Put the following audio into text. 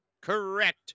correct